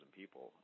people